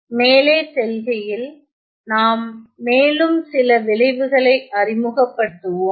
மேலே செல்கையில் நாம் மேலும் சில விளைவுகளை அறிமுகப்படுத்துவோம்